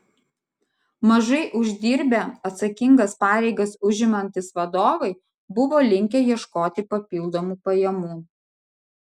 mažai uždirbę atsakingas pareigas užimantys vadovai buvo linkę ieškoti papildomų pajamų